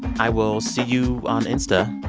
i will see you on insta.